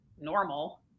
normal